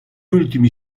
ultimi